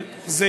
אני